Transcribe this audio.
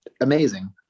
amazing